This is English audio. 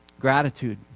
Gratitude